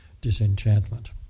disenchantment